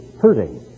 hurting